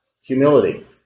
humility